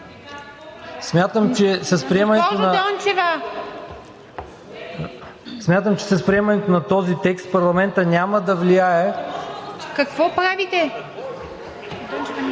Смятам, че с приемането на този текст парламентът няма да влияе...